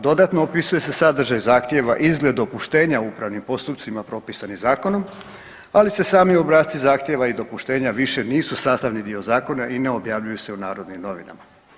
Dodatno opisuje se sadržaj zahtjeva, izgled dopuštenja o upravnim postupcima propisanim zakonom, ali se sami obrasci zahtjeva i dopuštenja više nisu sastavni dio zakona i ne objavljuju se u narodnim novinama.